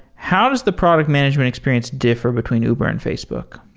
how does the product management experience differ between uber and facebook?